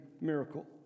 miracle